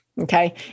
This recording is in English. Okay